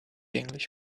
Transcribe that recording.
englishman